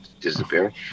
disappearing